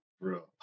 real